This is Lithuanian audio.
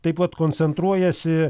taip pat koncentruojasi